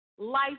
Life